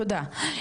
תודה.